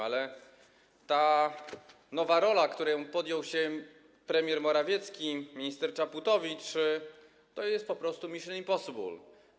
Ale ta nowa rola, której podjęli się premier Morawiecki i minister Czaputowicz, to jest po prostu mission impossible.